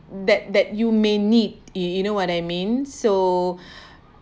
that that you may need it you know what I mean so